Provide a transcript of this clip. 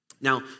Now